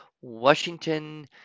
Washington